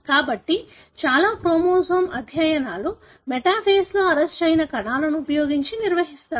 కాబట్టి చాలా క్రోమోజోమ్ అధ్యయనాలు మెటాఫేస్లో అరెస్టయిన కణాలను ఉపయోగించి నిర్వహిస్తారు